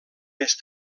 més